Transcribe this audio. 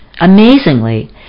Amazingly